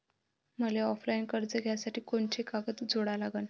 मले ऑफलाईन कर्ज घ्यासाठी कोंते कागद जोडा लागन?